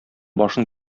башын